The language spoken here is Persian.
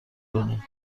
کنیم